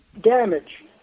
damage